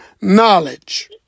knowledge